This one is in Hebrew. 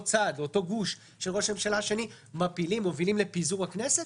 גוש של ראש הממשלה השני מובילים לפיזור הכנסת,